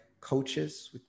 coaches